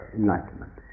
enlightenment